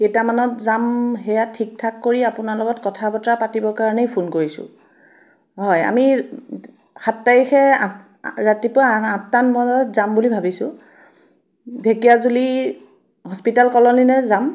কেইটামানত যাম সেয়া ঠিক ঠাক কৰি আপোনাৰ লগত কথা বতৰা পাতিবৰ কাৰণেই ফোন কৰিছোঁ হয় আমি সাত তাৰিখে ৰাতিপুৱা আঠটা মান বজাত যাম বুলি ভাবিছোঁ ঢেকিয়াজুলি হস্পিটেল কলনিলৈ যাম